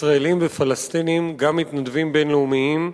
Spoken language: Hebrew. ישראלים ופלסטינים, גם מתנדבים בין-לאומיים,